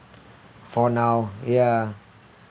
for now ya